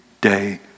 day